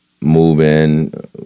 moving